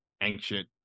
ancient